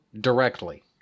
directly